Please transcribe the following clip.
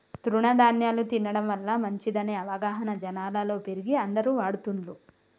తృణ ధ్యాన్యాలు తినడం వల్ల మంచిదనే అవగాహన జనాలలో పెరిగి అందరు వాడుతున్లు